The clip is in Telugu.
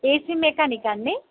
ఏసీ మెకానికా అండి